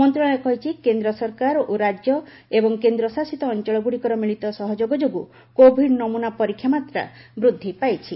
ମନ୍ତ୍ରଣାଳୟ କହିଛି କେନ୍ଦ୍ର ସରକାର ଓ ରାଜ୍ୟ ଏବଂ କେନ୍ଦ୍ରଶାସିତ ଅଞ୍ଚଳଗୁଡ଼ିକର ମିଳିତ ସହଯୋଗ ଯୋଗୁଁ କୋଭିଡ ନମୁନା ପରୀକ୍ଷା ମାତ୍ରା ବୃଦ୍ଧି ପାଇଛି